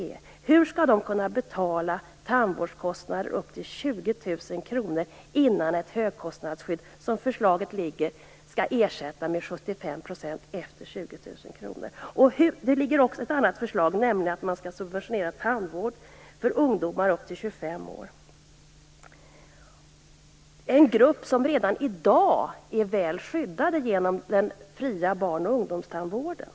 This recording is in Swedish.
Hur skall de kunna betala tandvårdskostnader på upp till 20 000 kr innan ett högkostnadsskydd, som förslaget nu ligger, skall ersätta med 75 % efter 20 000 kr? Det finns också ett förslag om att man skall subventionera tandvård för ungdomar upp till 25 år. Det är en grupp som redan i dag är väl skyddad genom den fria barn och ungdomstandvården.